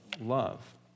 love